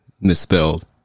misspelled